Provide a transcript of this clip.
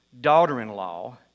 daughter-in-law